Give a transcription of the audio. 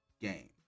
game